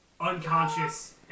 unconscious